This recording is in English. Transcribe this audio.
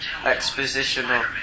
expositional